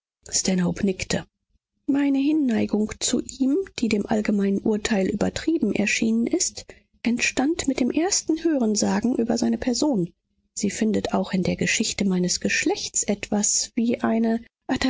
nickte meine hinneigung zu ihm die dem allgemeinen urteil übertrieben erschienen ist entstand mit dem ersten hörensagen über seine person sie findet auch in der geschichte meines geschlechts etwas wie eine